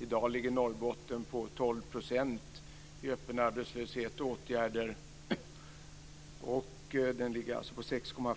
I dag har Norrbotten en sammanlagd arbetslöshet på 12 % om man räknar med